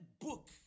book